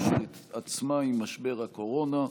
אשר התעצמה עם משבר הקורונה.